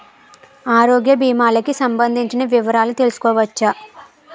ఆరోగ్య భీమాలకి సంబందించిన వివరాలు తెలుసుకోవచ్చా?